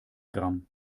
gramm